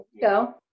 Go